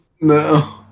No